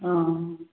অঁ